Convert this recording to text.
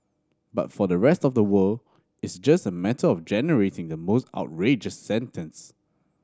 but for the rest of the world it's just a matter of generating the most outrageous sentence